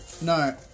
No